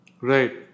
Right